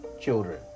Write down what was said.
children